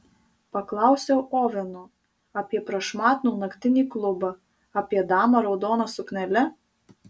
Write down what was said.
paklausiau oveno apie prašmatnų naktinį klubą apie damą raudona suknele